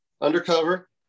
undercover